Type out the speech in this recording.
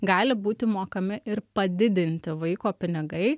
gali būti mokami ir padidinti vaiko pinigai